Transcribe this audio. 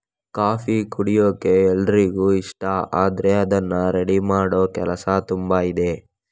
coffee ಕುಡಿಯೋಕೆ ಎಲ್ರಿಗೂ ಇಷ್ಟ ಆದ್ರೆ ಅದ್ನ ರೆಡಿ ಮಾಡೋ ಕೆಲಸ ತುಂಬಾ ಇದೆ